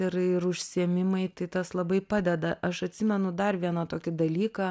ir ir užsiėmimai tai tas labai padeda aš atsimenu dar vieną tokį dalyką